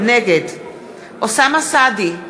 נגד אוסאמה סעדי,